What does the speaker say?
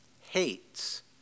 hates